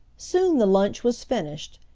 soon the lunch was finished,